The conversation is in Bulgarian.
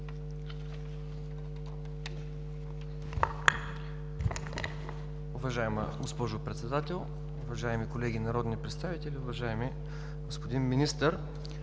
Уважаема госпожо Председател, уважаеми колеги народни представители, уважаеми господин Министър!